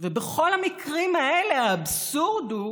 ובכל המקרים האלה האבסורד הוא